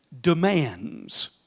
demands